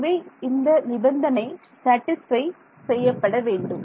ஆகவே இந்த நிபந்தனை சேட்டிஸ்ஃபை செய்யப்பட வேண்டும்